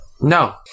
No